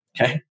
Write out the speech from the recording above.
Okay